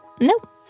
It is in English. Nope